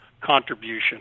contribution